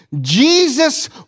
Jesus